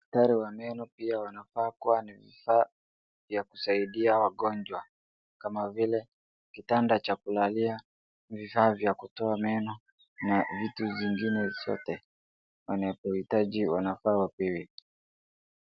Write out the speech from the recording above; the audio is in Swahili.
Daktari wa meno pia wanafaa kuwa na vifaa ya kusaidia wagonjwa kama vile kitanda cha kulalia, vifaa vya kutoa meno na vitu zingine zote. Wenye kuhitaji wanafaa wapewe.